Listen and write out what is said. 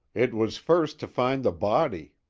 it was first to find the body.